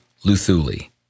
Luthuli